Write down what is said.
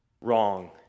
Wrong